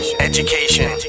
education